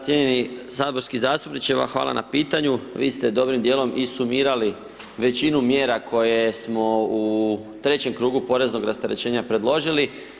Cijenjeni saborski zastupniče, vama hvala na pitanju, vi ste dobrim dijelom i sumirali većinu mjera koje smo u trećem krugu poreznog rasterećenja predložili.